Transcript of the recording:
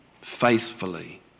faithfully